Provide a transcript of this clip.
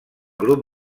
grup